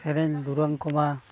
ᱥᱮᱨᱮᱧ ᱫᱩᱨᱟᱹᱝ ᱠᱚᱢᱟ